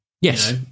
Yes